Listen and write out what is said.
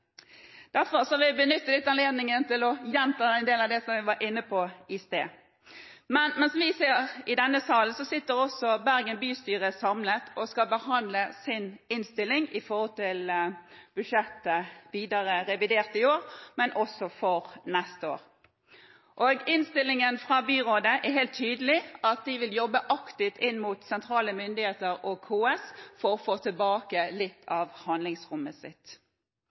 Derfor vil jeg benytte anledningen til å gjenta en del av det jeg var inne på i stad. Mens vi sitter i denne salen, sitter også Bergen bystyre samlet og skal behandle sin innstilling til budsjettet, revidert i år, men også for neste år. Innstillingen fra byrådet er helt tydelig – de vil jobbe aktivt inn mot sentrale myndigheter og KS for å få tilbake litt av handlingsrommet sitt.